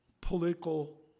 Political